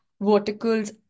verticals